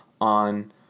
on